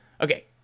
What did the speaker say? Okay